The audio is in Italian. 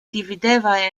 divideva